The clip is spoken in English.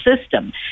system